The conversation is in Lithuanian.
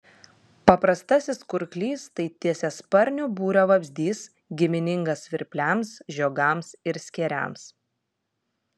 paprastasis kurklys tai tiesiasparnių būrio vabzdys giminingas svirpliams žiogams ir skėriams